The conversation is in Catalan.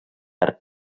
art